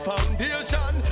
Foundation